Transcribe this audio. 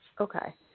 Okay